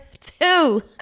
two